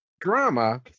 Drama